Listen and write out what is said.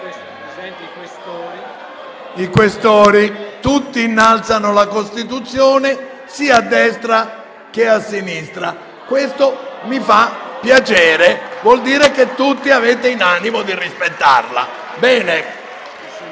B)*. Tutti innalzano la Costituzione, sia a destra che a sinistra, e questo mi fa piacere: vuol dire che tutti avete in animo di rispettarla.